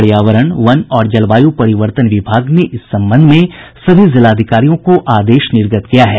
पर्यावरण वन और जलवायु परिवर्तन विभाग ने इस संबंध में सभी जिलाधिकारियों को आदेश निर्गत किया है